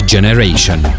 Generation